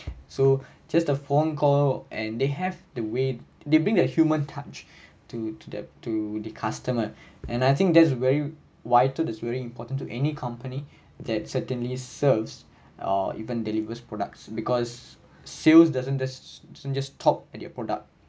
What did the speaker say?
so just a phone call and they have the way they bring the human touch to to the to the customer and I think that's very vital that's very important to any company that certainly serves or even delivers products because sales doesn't just just talk at your product